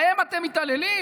בהם אתם מתעללים?